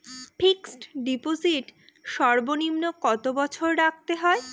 Fixed deposit সর্বনিম্ন কত বছর রাখতে হয়?